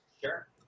Sure